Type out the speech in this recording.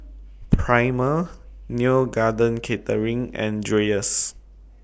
Prima Neo Garden Catering and Dreyers